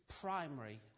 primary